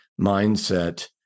mindset